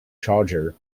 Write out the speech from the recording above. charger